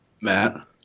Matt